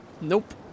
Nope